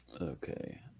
Okay